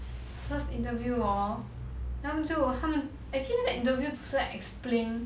first interview hor then 他们就他们 actually 那个 interview 只是 like explain